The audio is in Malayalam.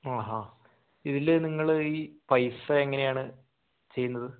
ആഹ് ആഹ് ഇതിൽ നിങ്ങൾ ഈ പൈസ എങ്ങനെയാണ് ചെയ്യുന്നത്